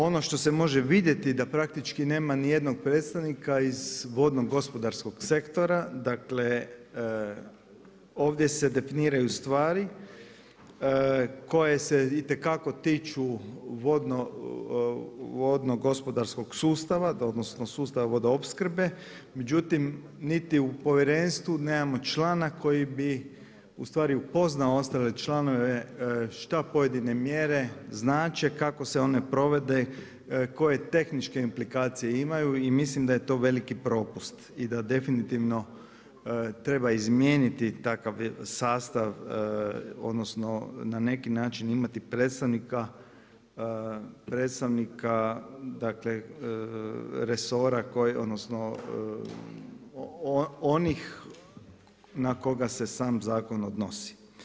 Ono što se može vidjeti da praktički nema ni jednog predstavnika iz vodnogospodarskog sektora, dakle ovdje se definiraju stvari koje se itekako tiču vodnogospodarskog sustava, odnosno sustava vodoopskrbe, međutim niti u povjerenstvu nemamo člana koji bi ustvari upoznao ostale članove šta pojedine mjere znače, kako se one provode, koje tehničke implikacije imaju i mislim da je to veliki propust i da definitivno treba izmijeniti takav sastav, odnosno na neki način imati predstavnika dakle resora koji, odnosno onih na koga se sam zakon odnosi.